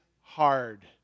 hard